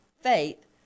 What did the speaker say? Faith